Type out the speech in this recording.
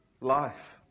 life